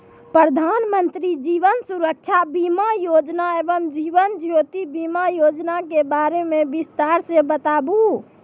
प्रधान मंत्री जीवन सुरक्षा बीमा योजना एवं जीवन ज्योति बीमा योजना के बारे मे बिसतार से बताबू?